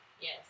Yes